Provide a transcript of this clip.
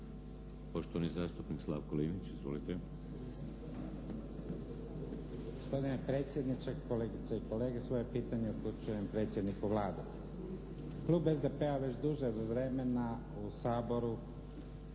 Poštovani zastupnik Slavko Linić. Izvolite. **Linić, Slavko (SDP)** Gospodine predsjedniče, kolegice i kolege. Svoje pitanje upućujem predsjedniku Vlade. Klub SDP-a već duže vremena u Saboru